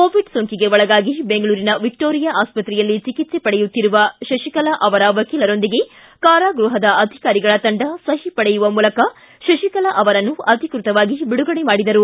Covid ಸೋಂಕಿಗೆ ಒಳಗಾಗಿ ಬೆಂಗಳೂರಿನ ವಿಕ್ಷೋರಿಯಾ ಆಸ್ಪತ್ರೆಯಲ್ಲಿ ಚಿಕಿತ್ಸೆ ಪಡೆಯುತ್ತಿರುವ ಶತಿಕಲಾ ಅವರ ವಕೀಲರೊಂದಿಗೆ ಕಾರಾಗೃಹದ ಅಧಿಕಾರಿಗಳ ತಂಡ ಸಹಿ ಪಡೆಯುವ ಮೂಲಕ ಅಧಿಕೃತವಾಗಿ ಬಿಡುಗಡೆ ಮಾಡಿದರು